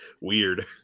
weird